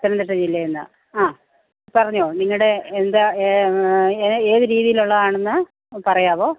പത്തനംതിട്ട ജില്ലേന്ന് ആ പറഞ്ഞോളൂ നിങ്ങളുടെ എന്ത ഏത് രീതീലുള്ളതാണെന്ന് പറയാമോ